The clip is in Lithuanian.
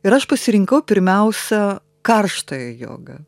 ir aš pasirinkau pirmiausia karštąją jogą